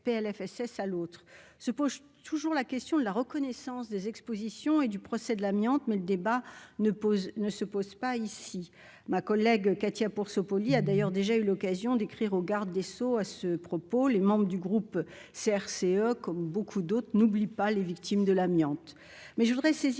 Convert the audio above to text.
à l'autre, se pose toujours la question de la reconnaissance des expositions et du procès de l'amiante, mais le débat ne pose, ne se pose pas ici ma collègue Katia pour ce pôle, il a d'ailleurs déjà eu l'occasion d'écrire au garde des Sceaux à ce propos, les membres du groupe CRCE comme beaucoup d'autres, n'oublie pas les victimes de l'amiante, mais je voudrais saisir